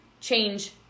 change